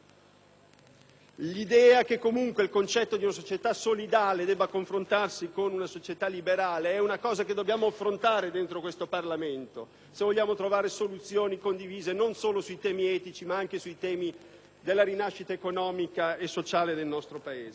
L'idea che comunque il concetto di una società solidale debba confrontarsi con quello di una società liberale è un qualcosa che dobbiamo affrontare all'interno di questo Parlamento se vogliamo trovare soluzioni condivise non solo sui temi etici, ma anche su quelli della rinascita economica e sociale del nostro Paese.